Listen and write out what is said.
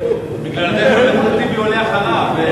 בגלל זה חבר הכנסת טיבי עולה אחריו.